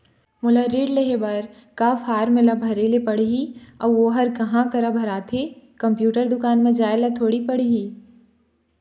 मोला ऋण लेहे बर का फार्म ला भरे ले पड़ही अऊ ओहर कहा करा भराथे, कंप्यूटर दुकान मा जाए ला थोड़ी पड़ही?